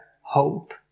hope